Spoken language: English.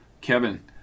Kevin